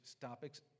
topics